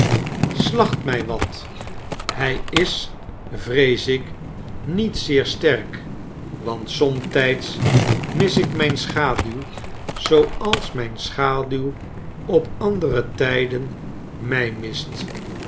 slacht mij wat hij is vrees ik niet zeer sterk want somtijds mis ikmijn schaduw zooals mijn schaduw op andere tijden mij mist